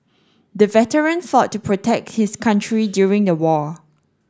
the veteran fought to protect his country during the war